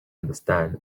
understand